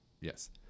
yes